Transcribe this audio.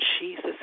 Jesus